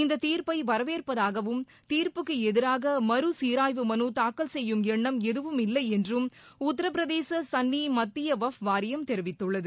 இந்த தீர்ப்பை வரவேற்பதாகவும் தீர்ப்புக்கு எதிராக மறுசீராய்வு மனு தாக்கல் செய்யும் எண்ணம் எதுவுமில்லை என்றும் உத்தரப்பிரதேச சன்னி மத்திய வக்ஃபு வாரியம் தெரிவித்துள்ளது